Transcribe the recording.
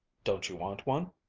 don't you want one?